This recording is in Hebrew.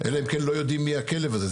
אלא אם כן לא יודעים מי הכלב הזה.